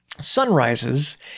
sunrises